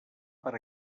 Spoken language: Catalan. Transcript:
per